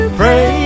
pray